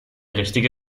richtige